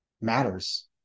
matters